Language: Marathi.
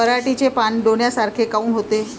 पराटीचे पानं डोन्यासारखे काऊन होते?